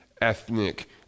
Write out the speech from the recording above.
ethnic